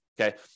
Okay